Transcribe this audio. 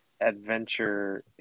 adventure